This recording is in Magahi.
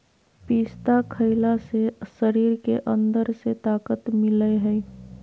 पिस्ता खईला से शरीर के अंदर से ताक़त मिलय हई